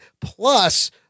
plus